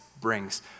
brings